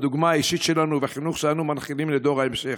בדוגמה האישית שלנו ובחינוך שאנו מנחילים לדור ההמשך.